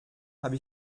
habe